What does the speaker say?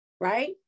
right